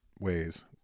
ways